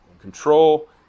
control